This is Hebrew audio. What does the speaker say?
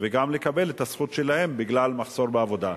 וגם לקבל את הזכות שלהם בגלל מחסור בעבודה.